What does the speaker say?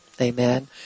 Amen